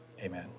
amen